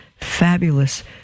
fabulous